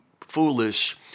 foolish